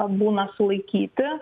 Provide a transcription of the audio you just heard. būna sulaikyti